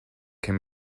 can